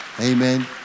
Amen